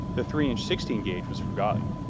the three and sixteen ga was forgotten.